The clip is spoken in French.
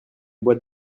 boîte